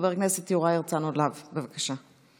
חבר הכנסת יוראי הרצנו להב, בבקשה.